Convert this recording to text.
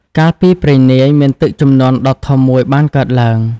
កាលពីព្រេងនាយ មានទឹកជំនន់ដ៏ធំមួយបានកើតឡើង។